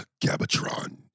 Gabatron